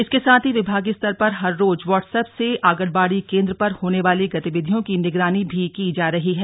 इसके साथ ही विभागीय स्तर पर हर रोज व्हाट्सएप से आंगनबाडी केन्द्र पर होने वाली गतिविधियों की निगरानी भी की जा रही है